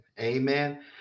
Amen